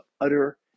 utter